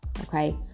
Okay